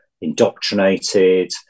indoctrinated